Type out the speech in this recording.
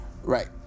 Right